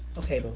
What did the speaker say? okay, but